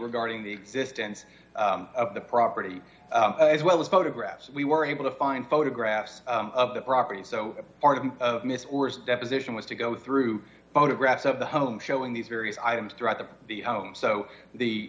regarding the existence of the property as well as photographs we were able to find photographs of the property so part of the deposition was to go through photographs of the home showing these various items throughout the the home so the